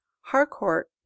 Harcourt